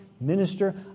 minister